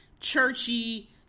churchy